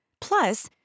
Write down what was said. Plus